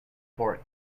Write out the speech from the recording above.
port